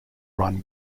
run